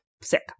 sick